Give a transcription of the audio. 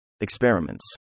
Experiments